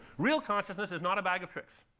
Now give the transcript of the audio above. real consciousness is not a bag of tricks.